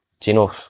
Gino